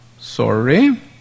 sorry